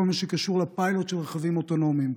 מה שקשור לפיילוט של רכבים אוטונומיים.